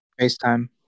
FaceTime